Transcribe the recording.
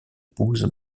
épouse